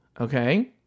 okay